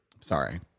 sorry